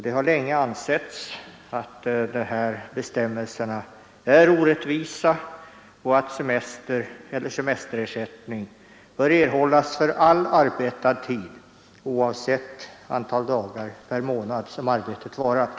Det har länge ansetts att dessa bestämmelser är orättvisa och att semester eller semesterersättning bör erhållas för all arbetad tid oavsett antalet dagar per månad som arbetet varat.